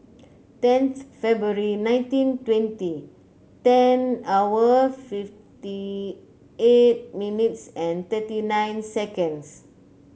ten February nineteen twenty ten hour fifty eight minutes and thirty nine seconds